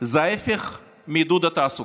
הוא ההפך מעידוד התעסוקה.